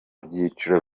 byiciro